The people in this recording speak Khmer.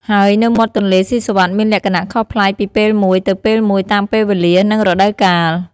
ហើយនៅមាត់ទន្លេសុីសុវត្ថិមានលក្ខណៈខុសប្លែកពីពេលមួយទៅពេលមួយតាមពេលវេលា និងរដូវកាល។